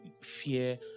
fear